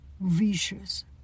vicious